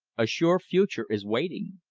a sure future is waiting.